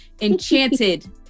enchanted